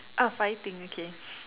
ah fighting okay